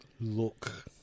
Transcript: Look